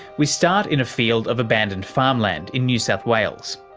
we start in a field of abandoned farmland in new south wales.